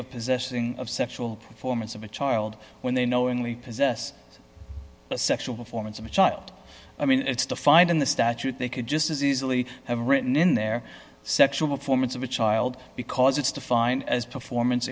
of possessing of sexual performance of a child when they knowingly possess a sexual performance of a child i mean it's defined in the statute they could just as easily have written in their sexual performance of a child because it's defined as performance